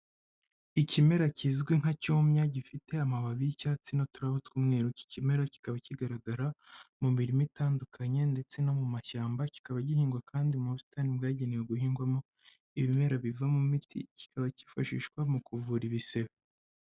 Ikimera kizwi nka cyumya, gifite amababi y'icyatsi n'uturabo tw'umweru, iki kimera kikaba kigaragara mu mirima itandukanye ndetse no mu mashyamba, kikaba gihingwa kandi mu busitani bwagenewe guhingwamo ibimera bivamo imiti, kikaba kifashishwa mu kuvura ibisebe.